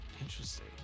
Interesting